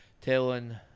telling